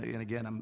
and again, um